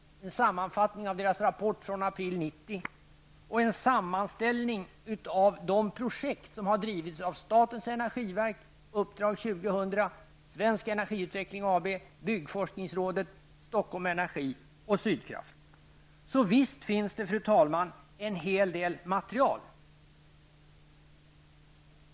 En sammanfattning av Vattenfalls rapport från april 1990 och en sammanställning av de projekt som har drivits av statens energiverk, uppdrag 2000, Svensk energiutveckling AB, byggforskningsrådet, Stockholm energi och Sydkraft. Så visst finns det, fru talman, en hel del material.